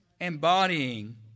embodying